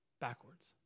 Backwards